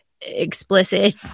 explicit